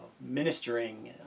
ministering